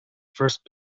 first